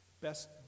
best